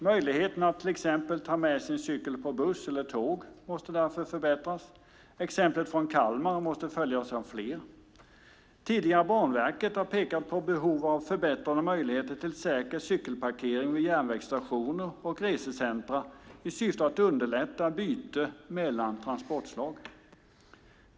Möjligheten att till exempel ta med sin cykel på buss eller tåg måste därför förbättras. Exemplet från Kalmar måste följas av fler. Tidigare Banverket har pekat på behov av förbättrade möjligheter till säker cykelparkering vid järnvägsstationer och resecentrum i syfte att underlätta byte mellan transportslag.